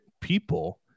people